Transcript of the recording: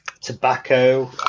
Tobacco